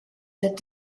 that